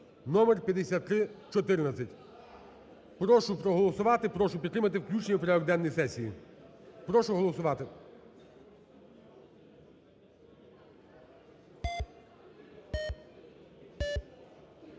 (номер 5314). Прошу проголосувати, прошу підтримати включення в порядок денний сесії. Прошу голосувати.